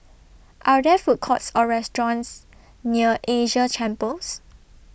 Are There Food Courts Or restaurants near Asia Chambers